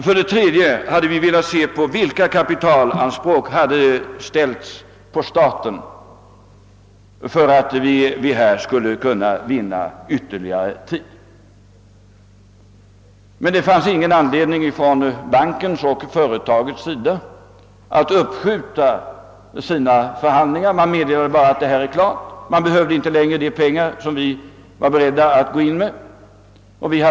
För det tredje hade vi velat se vilka kapitalanspråk som hade ställts på staten för att vi härigenom skulle kunna vinna ytterligare tid. Emellertid fanns ingen anledning för banken och företaget att uppskjuta sina förhandlingar. Man meddelade bara, att en uppgörelse hade träffats. Man behövde inte längre de pengar som staten var beredd att gå in med.